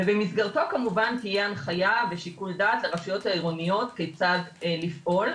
ובמסגרתו כמובן תהיה הנחייה ושיקול דעת לרשויות העירוניות כיצד לפעול.